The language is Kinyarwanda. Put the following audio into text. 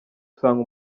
usanga